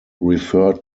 referred